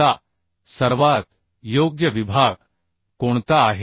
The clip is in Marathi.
आता सर्वात योग्य विभाग कोणता आहे